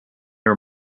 her